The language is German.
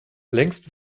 längst